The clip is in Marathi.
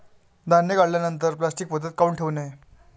धान्य काढल्यानंतर प्लॅस्टीक पोत्यात काऊन ठेवू नये?